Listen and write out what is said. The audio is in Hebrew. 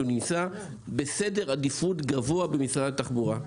נמצא בסדר עדיפות גבוה במשרד התחבורה,